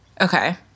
Okay